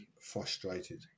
frustrated